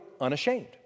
unashamed